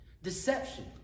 Deception